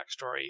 backstory